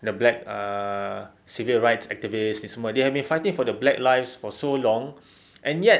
the black err civil rights activist ni semua they have been fighting for the black lives for so long and yet